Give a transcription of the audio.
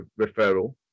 referral